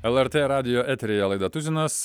lrt radijo eteryje laida tuzinas